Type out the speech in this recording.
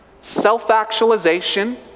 self-actualization